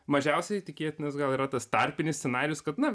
mažiausiai tikėtinas gal yra tas tarpinis scenarijus kad